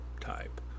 type